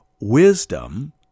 wisdom